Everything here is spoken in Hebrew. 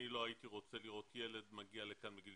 אני לא הייתי רוצה לראות ילד מגיע לכאן בגיל